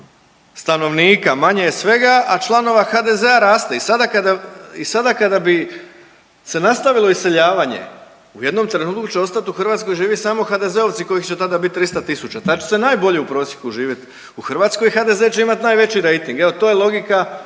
stanovnika, manje je svega, a članova HDZ-a raste i sada kada bi se nastavilo iseljavanje, u jednom trenutku će ostati u Hrvatskoj živjeti samo HDZ-ovci kojih će tada biti 300 tisuća, tad će se najbolje u prosjeku živjeti u Hrvatskoj i HDZ će imati najveći rejting, je li, to je logika